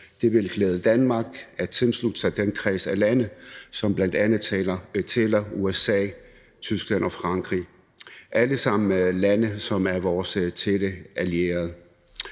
Det ville klæde Danmark at tilslutte sig den kreds af lande, som bl.a. tæller USA, Tyskland og Frankrig – alle sammen lande, som er vores tætte allierede.